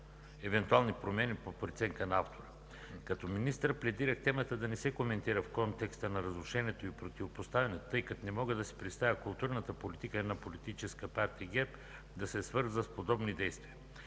евентуално променен по преценка на автора. Като министър пледирах темата да не се коментира в контекста на разрушението и противопоставянето, тъй като не мога да си представя културната политика на Политическа партия ГЕРБ да се свързва с подобни действия.